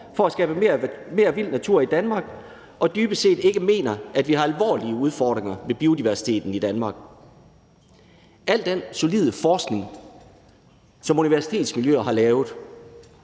for at skabe mere vild natur i Danmark og dybest set ikke mener, at vi har alvorlige udfordringer med biodiversiteten i Danmark. Al den solide forskning, som universitetsmiljøer har lavet,